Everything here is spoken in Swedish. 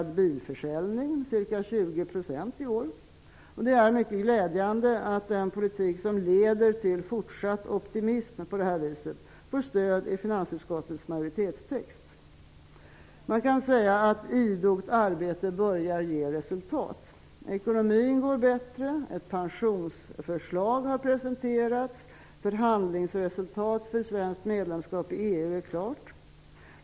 Det är mycket glädjande att den politik som leder till fortsatt optimism får stöd i finansutskottets majoritetstext. Man kan säga att idogt arbete börjar ge resultat. Ekonomin går bättre, ett pensionsförslag har presenterats och förhandlingsresultatet för svenskt medlemskap i EU är klart.